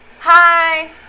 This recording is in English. Hi